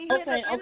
okay